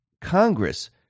Congress